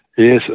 Yes